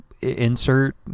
insert